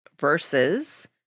versus